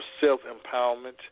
self-empowerment